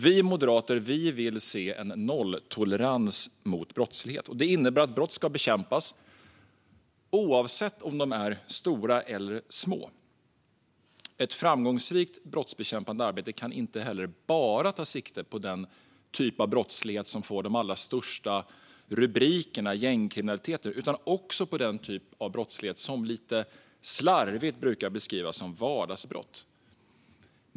Vi moderater vill se en nolltolerans mot all form av brottslighet. Detta innebär att brott ska bekämpas, oavsett om de är stora eller små. Ett framgångsrikt brottsbekämpande arbete kan heller inte ta sikte bara på den typ av brottslighet som får de allra största rubrikerna - gängkriminaliteten - utan måste också ta sikte på den typ av brottslighet som lite slarvigt brukar beskrivas som vardagsbrott.